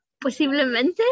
Posiblemente